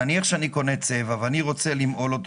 נניח שאני קונה צבע ואני רוצה למהול אותו